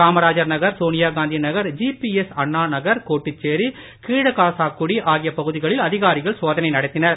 Kamarajar Nagar Sonia Gandhi Nagar GPS Anna Nagar Kottucherry Keezhakasakudi ஆகிய பகுதிகளில் அதிகாரிகள் சோதனை நடத்தினர்